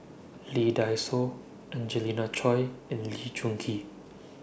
Lee Dai Soh Angelina Choy and Lee Choon Kee